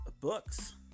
books